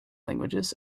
languages